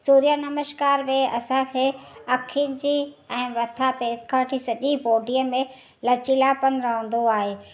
सूर्यनमश्कार में असांखे अखियुनि जी ऐं मथां पेट खां वठी सॼी बॉडीअ में लचीलापन रहंदो आहे